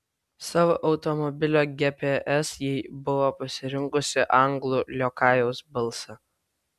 savo automobilio gps ji buvo pasirinkusi anglų liokajaus balsą